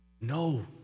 No